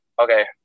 Okay